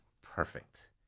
Perfect